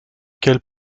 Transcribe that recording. qu’elles